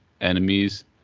enemies